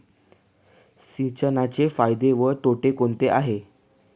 सिंचनाचे फायदे व तोटे कोणते आहेत?